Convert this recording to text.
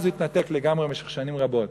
אז הוא התנתק לגמרי במשך שנים רבות.